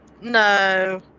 No